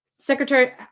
Secretary